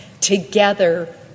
together